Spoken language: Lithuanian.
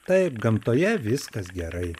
taip gamtoje viskas gerai